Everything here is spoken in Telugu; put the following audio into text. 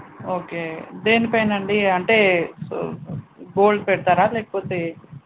ఓకే దేనిపైన అండి అంటే గోల్డ్ పెడతారా లేకపోతే